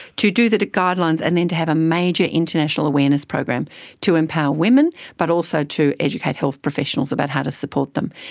to do the guidelines and then to have a major international awareness program to empower women but also to educate health professionals about how to support them.